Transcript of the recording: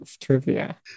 trivia